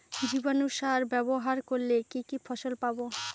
জীবাণু সার ব্যাবহার করলে কি কি ফল পাবো?